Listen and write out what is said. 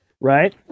Right